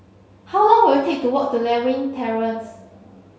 how long will it take to walk to Lewin Terrace